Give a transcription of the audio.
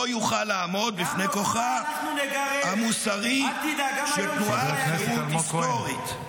לא תוכל לעמוד בפני כוחה המוסרי של תנועת חירות היסטורית.